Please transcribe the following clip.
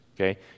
okay